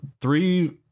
Three